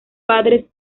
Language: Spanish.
padres